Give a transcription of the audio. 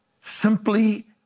Simply